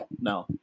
No